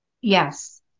Yes